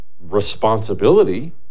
responsibility